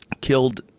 Killed